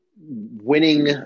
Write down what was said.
winning